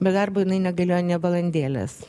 be darbo jinai negalėjo nė valandėlės